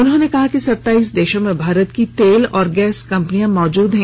उन्होंने कहा कि सताईस देशों में भारत की तेल और गैस कंपनियां मौजूद हैं